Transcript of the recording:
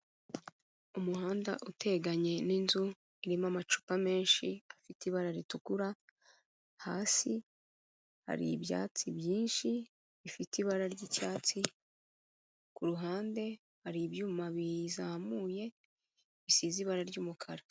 Umuhanda uteganye n'inzu, irimo amacupa menshi, afite ibara ritukura, hasi hari ibyatsi byinshi bifite ibara ry'icyatsi, ku ruhande hari ibyuma bizamuye bisize ibara ry'umukara.